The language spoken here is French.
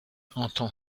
entend